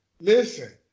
Listen